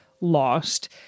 lost